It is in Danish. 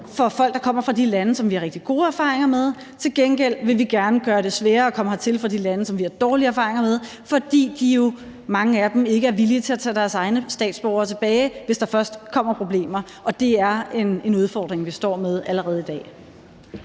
for folk, der kommer fra de lande, som vi har rigtig gode erfaringer med. Til gengæld vil vi gerne gøre det sværere at komme hertil fra de lande, som vi har dårlige erfaringer med, fordi de jo, mange af dem, ikke er villige til at tage deres egne statsborgere tilbage, hvis der først kommer problemer. Det er en udfordring, vi står med allerede i dag.